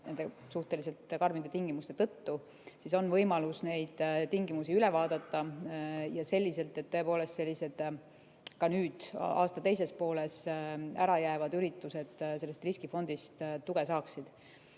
suhteliselt karmide tingimuste tõttu, siis on võimalus neid tingimusi üle vaadata selliselt, et tõepoolest, ka nüüd aasta teises pooles ära jäävad üritused sellest riskifondist tuge saaksid. See